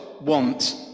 want